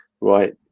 right